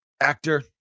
actor